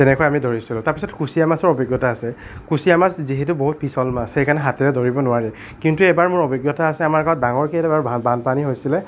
তেনেকৈ আমি ধৰিছিলোঁ তাৰপিছত কুচীয়া মাছৰ অভিজ্ঞতা আছে কুচীয়া মাছ যিহেতু বহুত পিচল মাছ সেইকাৰণে হাতেৰে ধৰিব নোৱাৰি কিন্তু এবাৰ মোৰ অভিজ্ঞতা আছে আমাৰ গাঁৱত ডাঙৰকৈ এবাৰ বানপানী হৈছিলে